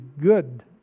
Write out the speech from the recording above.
good